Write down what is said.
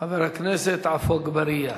חבר הכנסת עפו אגבאריה.